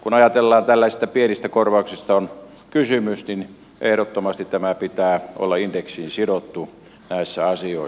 kun ajatellaan että tällaisista pienistä korvauksista on kysymys että ehdottomasti tämän pitää olla indeksiin sidottu näissä asioissa